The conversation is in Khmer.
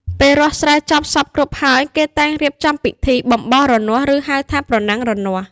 ពេលរាស់ស្រែចប់សព្វគ្រប់ហើយគេតែងរៀបចំពិធី បំបោសរនាស់ ឬហៅថា ប្រណាំងរនាស់។